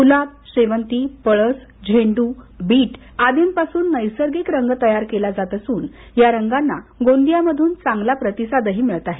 गुलाब शेवंती पळस झेंड्र बिट आदी पासून नैसर्गिक रंग तयार केला जात असून या रंगांना गोंदियात चांगला प्रतिसाद मिळत आहे